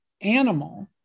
animal